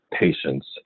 patients